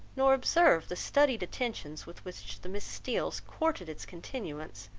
nor observe the studied attentions with which the miss steeles courted its continuance,